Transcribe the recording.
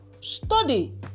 study